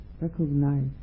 recognize